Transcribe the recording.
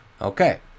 Okay